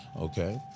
okay